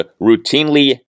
routinely